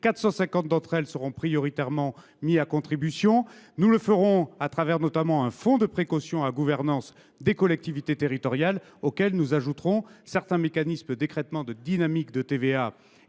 450 d’entre elles seront prioritairement mises à contribution. Nous le ferons notamment à travers un fonds de précaution avec une gouvernance des collectivités territoriales, auquel nous ajouterons certains mécanismes d’écrêtement de dynamique de TVA